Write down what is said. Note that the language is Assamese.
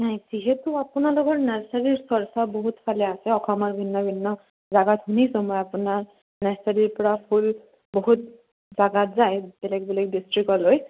নাই যিহেতু আপোনালোকৰ নাৰ্চাৰীৰ চৰ্চা বহুত ফালে আছে অসমৰ ভিন্ন ভিন্ন জেগাত শুনিছোঁ মই আপোনাৰ নাৰ্চাৰীৰ পৰা ফুল বহুত জেগাত যায় বেলেগ বেলেগ ডিষ্ট্ৰিকলৈ